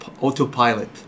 autopilot